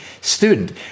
student